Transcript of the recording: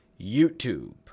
YouTube